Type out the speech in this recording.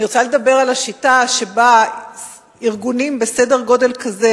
אני רוצה לדבר על השיטה שבה ארגונים בסדר גודל כזה,